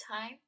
time